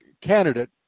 candidate